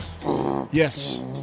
Yes